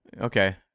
okay